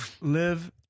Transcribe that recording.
live